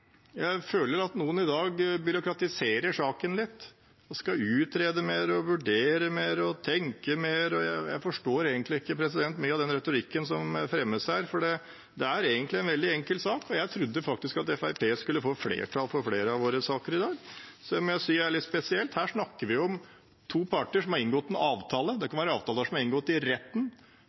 Jeg føler at noen i dag byråkratiserer saken litt og skal utrede mer, vurdere mer og tenke mer, og jeg forstår egentlig ikke mye av retorikken som fremmes her. Dette er egentlig en veldig enkel sak, og jeg trodde faktisk at Fremskrittspartiet skulle få flertall for flere av våre saker i dag. Så jeg må si at dette er litt spesielt. Her snakker vi om to parter som har inngått en avtale, det kan være en avtale som er inngått i retten,